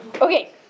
Okay